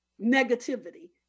negativity